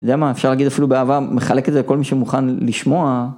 יודע מה אפשר להגיד אפילו באהבה מחלק את זה לכל מי שמוכן לשמוע.